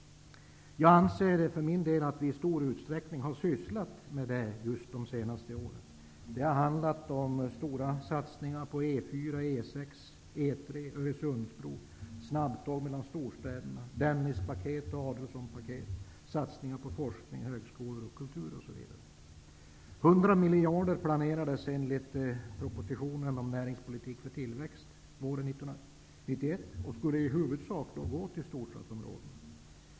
Jag anser för min del att vi i stor utsträckning har sysslat med detta under de senaste åren. Det har handlat om stora satsningar på E 6, E 4 och E 3, ''Näringspolitik för tillväxt'' att 100 miljarder skulle gå i huvudsak till storstadsområdena.